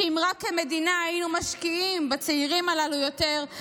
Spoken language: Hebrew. ואם רק כמדינה היינו משקיעים בצעירים הללו יותר,